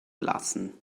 lassen